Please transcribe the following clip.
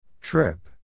Trip